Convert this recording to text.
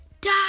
die